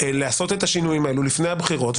לעשות את השינויים האלה לפני הבחירות.